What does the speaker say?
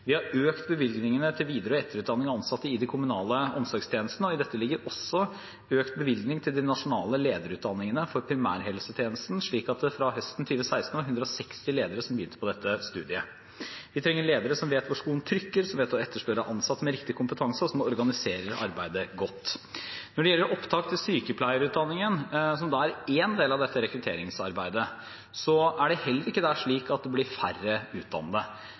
Vi har økt bevilgningene til videre- og etterutdanning av ansatte i de kommunale omsorgstjenestene. I dette ligger også økt bevilgning til den nasjonale lederutdanningen for primærhelsetjenesten, slik at det fra høsten 2016 var 160 ledere som begynte på dette studiet. Vi trenger ledere som vet hvor skoen trykker, som vet å etterspørre ansatte med riktig kompetanse, og som organiserer arbeidet godt. Når det gjelder opptak til sykepleierutdanningen, som er en del av dette rekrutteringsarbeidet, er det heller ikke der slik at det blir færre utdannede.